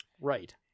Right